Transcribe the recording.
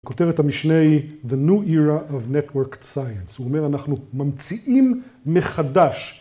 כותרת המשנה היא The New Era of Networked Science, הוא אומר אנחנו ממציאים מחדש.